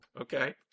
Okay